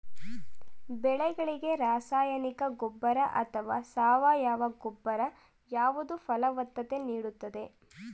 ಬೆಳೆಗಳಿಗೆ ರಾಸಾಯನಿಕ ಗೊಬ್ಬರ ಅಥವಾ ಸಾವಯವ ಗೊಬ್ಬರ ಯಾವುದು ಫಲವತ್ತತೆ ನೀಡುತ್ತದೆ?